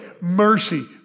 mercy